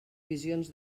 visions